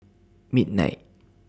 midnight